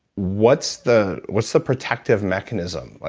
what's the what's the protective mechanism?